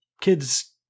kids